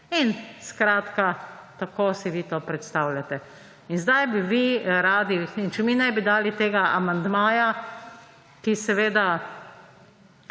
Skratka, tako si vi to predstavljate. In zdaj bi vi radi, če mi ne bi dali tega amandmaja, ki seveda